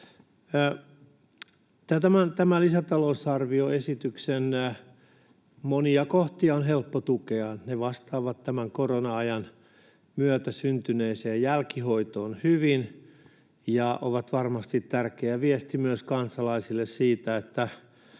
Tämän lisätalousarvioesityksen monia kohtia on helppo tukea. Ne vastaavat tämän korona-ajan myötä syntyneeseen jälkihoitoon hyvin ja ovat varmasti tärkeä viesti myös kansalaisille siitä, että